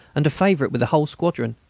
and a favourite with the whole squadron.